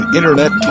Internet